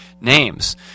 names